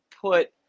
put